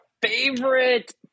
favorite